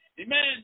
amen